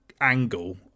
angle